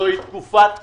זו תקופת קורונה.